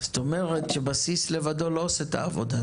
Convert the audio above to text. זאת אומרת שבסיס לבדו לא עושה את העבודה.